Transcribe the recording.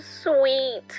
sweet